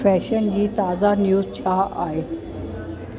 fashion जी ताज़ा news छा आहे